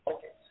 Okay